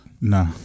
Nah